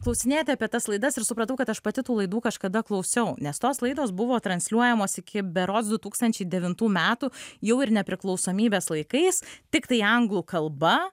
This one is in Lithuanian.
klausinėti apie tas laidas ir supratau kad aš pati tų laidų kažkada klausiau nes tos laidos buvo transliuojamos iki berods du tūkstančiai devintų metų jau ir nepriklausomybės laikais tiktai anglų kalba